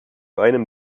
einem